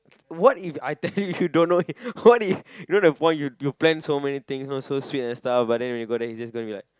what If I tell you you don't know it what if you know what you plan so many things so sweet and stuff then when you go there it's gonna be like